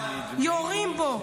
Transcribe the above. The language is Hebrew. יורים בו,